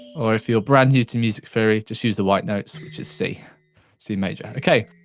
or if you're brand new to music theory, just use the white notes, which is c c major, okay.